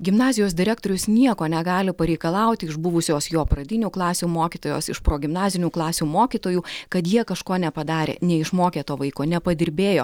gimnazijos direktorius nieko negali pareikalauti iš buvusios jo pradinių klasių mokytojos iš pro gimnazinių klasių mokytojų kad jie kažko nepadarė neišmokė to vaiko nepadirbėjo